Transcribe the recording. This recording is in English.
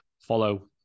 follow